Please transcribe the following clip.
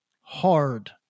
hard